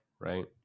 Right